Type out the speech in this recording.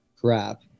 crap